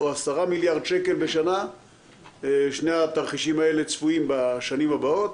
או 10 מיליארד שקל בשנה - שני התרחישים האלה צפויים בשנים הבאות.